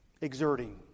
exerting